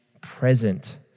present